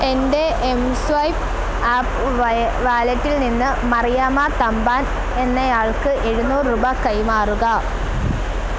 എൻ്റെ M swipe app വയ വാലറ്റിൽ നിന്ന് മറിയാമ്മ തമ്പാൻ എന്നയാൾക്ക് എഴുന്നൂറ് രൂപ കൈമാറുക